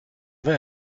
vais